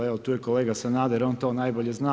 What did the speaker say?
Evo tu je kolega Sanader, on to najbolje zna.